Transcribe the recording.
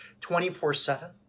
24-7